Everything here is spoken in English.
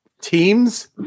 teams